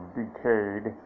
decayed